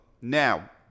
Now